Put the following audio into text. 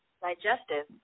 digestive